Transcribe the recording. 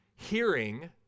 Hearing